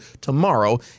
tomorrow